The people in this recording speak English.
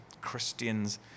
Christians